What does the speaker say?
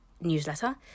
newsletter